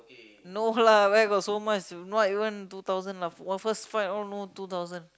no lah where got so much not even two thousand lah first fight all no two thousand